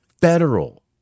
federal